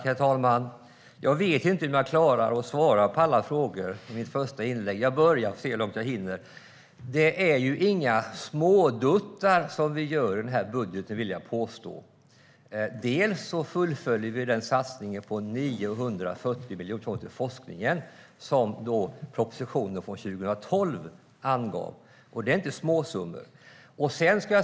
Herr talman! Jag vet inte om jag klarar att svara på alla frågor i min första replik. Jag får se hur långt jag hinner. Det är inga småduttar i budgeten, vill jag påstå. Bland annat fullföljer vi satsningen på 940 miljoner till forskningen som propositionen från 2012 angav. Det är inte småsummor.